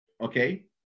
okay